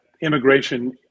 immigration